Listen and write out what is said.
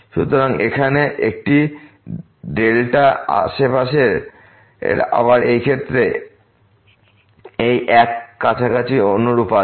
সুতরাং সেখানে একটি আশেপাশের আবার এই ক্ষেত্রে এই এক কাছাকাছি অনুরূপ আছে